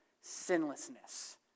sinlessness